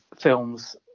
films